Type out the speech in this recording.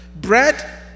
Bread